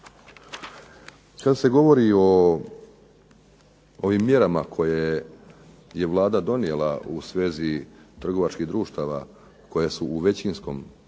Kada se govori o ovim mjerama koje je Vlada donijela u svezi trgovačkih društava koje su u većinskom ili